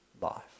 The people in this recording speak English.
life